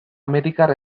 amerikar